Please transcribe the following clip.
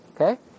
okay